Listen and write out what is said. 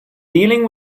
dealing